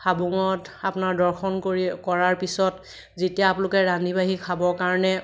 হাবুঙত আপোনাৰ দৰ্শন কৰি কৰাৰ পিছত যেতিয়া আপোনালোকে ৰান্ধি বাঢ়ি খাবৰ কাৰণে